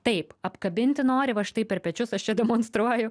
taip apkabinti nori va štai per pečius aš čia demonstruoju